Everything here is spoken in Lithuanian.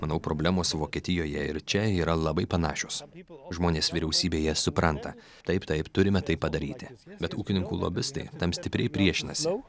manau problemos vokietijoje ir čia yra labai panašios žmonės vyriausybėje supranta taip taip turime tai padaryti bet ūkininkų lobistai tam stipriai priešinasi